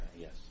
yes